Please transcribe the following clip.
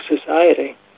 society